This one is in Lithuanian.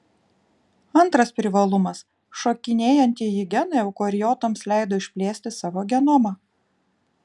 antras privalumas šokinėjantieji genai eukariotams leido išplėsti savo genomą